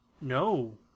no